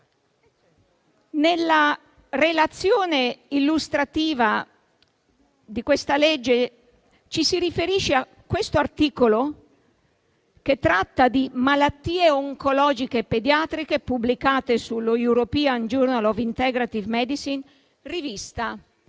Nella relazione illustrativa di questa legge ci si riferisce al citato articolo che tratta di malattie oncologiche pediatriche pubblicato sullo «European journal of integrative medicine», rivista